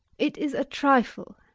it is a trifle.